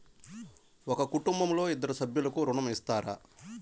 ఒక కుటుంబంలో ఇద్దరు సభ్యులకు ఋణం ఇస్తారా?